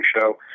show